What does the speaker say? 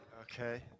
Okay